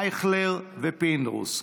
ישאל אייכלר ויצחק פינדרוס,